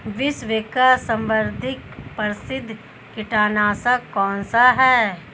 विश्व का सर्वाधिक प्रसिद्ध कीटनाशक कौन सा है?